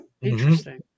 interesting